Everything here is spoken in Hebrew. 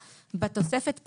בתוספת,